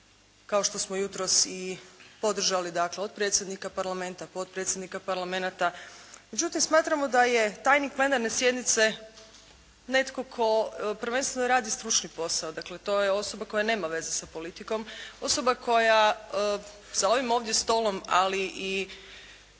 kao što smo jutros i podržali dakle, od predsjednika Parlamenta, potpredsjednika Parlamenta. Međutim, smatramo da je tajnik Plenarne sjednice netko tko prvenstveno radi stručni posao, dakle to je osoba koja nema veze sa politikom, osoba koja za ovim ovdje stolom, ali i